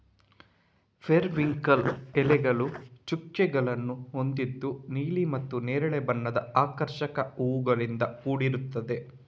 periwinkle ಎಲೆಗಳಲ್ಲಿ ಚುಕ್ಕೆಗಳನ್ನ ಹೊಂದಿದ್ದು ನೀಲಿ ಮತ್ತೆ ನೇರಳೆ ಬಣ್ಣದ ಆಕರ್ಷಕ ಹೂವುಗಳಿಂದ ಕೂಡಿರ್ತದೆ